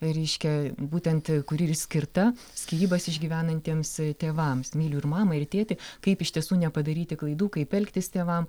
reiškia būtent kuri ir skirta skyrybas išgyvenantiems tėvams myliu ir mamą ir tėtį kaip iš tiesų nepadaryti klaidų kaip elgtis tėvam